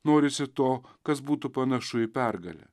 norisi to kas būtų panašu į pergalę